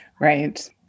Right